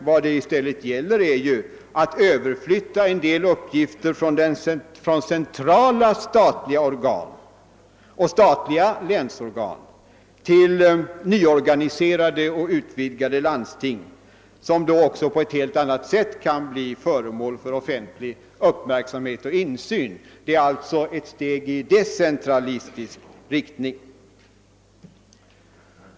Vad det i själva verket gäller är emellertid att överflytta en del uppgifter från centrala statliga organ och statliga länsorgan till nyorganiserade och utvidgade landsting, som då också på ett helt annat sätt kan bli föremål för offentlig uppmärksamhet och insyn. Det är alltså ett steg i decentraliserande riktning.